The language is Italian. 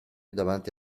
davanti